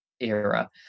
era